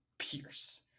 pierce